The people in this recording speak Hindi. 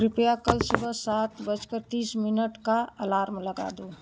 कृपया कल सुबह सात बज कर तीस मिनट का अलार्म लगा दो